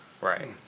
Right